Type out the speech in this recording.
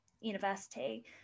university